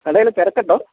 കടയിൽ തിരക്കുണ്ടോ